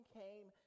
came